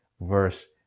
verse